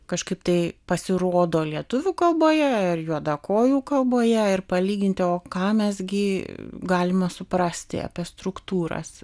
kažkaip tai pasirodo lietuvių kalboje ir juodakojų kalboje ir palyginti o ką mes gi galime suprasti apie struktūras